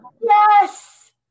Yes